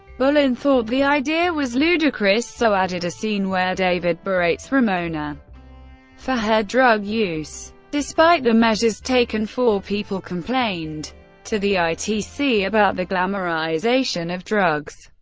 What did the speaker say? bullen thought the idea was ludicrous so added a scene where david berates ramona for her drug use. despite the measures taken, four people complained to the itc about the glamorisation of drugs.